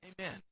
Amen